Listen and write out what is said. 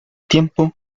tiempo